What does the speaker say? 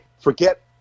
forget